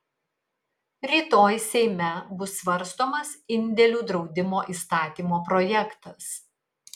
rytoj seime bus svarstomas indėlių draudimo įstatymo projektas